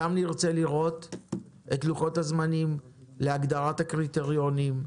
שם נרצה לראות את לוחות הזמנים להגדרת הקריטריונים,